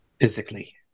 Physically